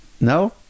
No